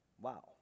Wow